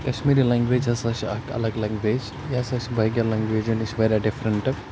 Kashmiri language ہَسا چھِ اَکھ اَلگ لٮ۪نٛگویج یہِ ہَسا چھِ باقٕیَن لنٛگویجَن نِش واریاہ ڈِفرَنٹ